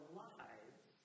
lives